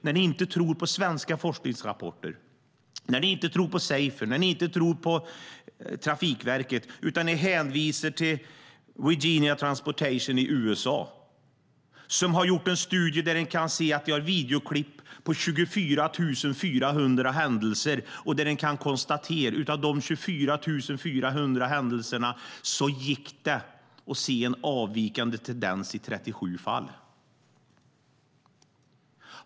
Ni tror inte på svenska forskningsrapporter, Safer eller Trafikverket, utan hänvisar till Virginia Department of Transportation i USA, som har gjort en studie där man kan se videoklipp på 24 400 händelser och där man kan konstatera en avvikande tendens i 37 fall.